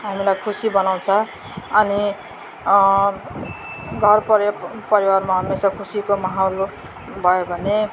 हामीलाई खुसी बनाउँछ अनि घर पर परिवारमा हमेसा खुसीको माहौल भयो भने